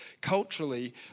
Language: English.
culturally